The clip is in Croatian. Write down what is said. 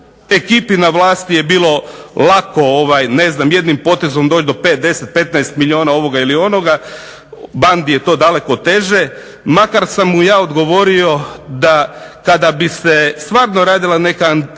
ekipi na vlasti je bilo lako ne znam jednim potezom doći do 5, 10, 15 milijuna ovoga ili onoga, bandi je to daleko teže, makar sam mu ja odgovorio da kada bi se stvarno radila neka anketa